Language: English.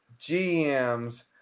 gms